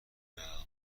دارم